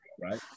right